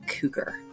cougar